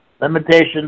limitations